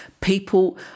people